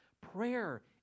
Prayer